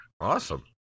Awesome